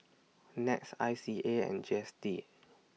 Nets I C A and G S T